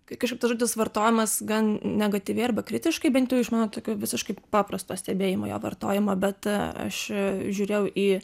kai tas žodis vartojamas gan negatyviai arba kritiškai bent jau iš mano tokio visiškai paprasto stebėjimo jo vartojimo bet aš žiūrėjau į